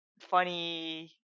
funny